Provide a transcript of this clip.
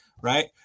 right